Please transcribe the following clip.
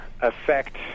affect